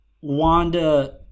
Wanda